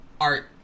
art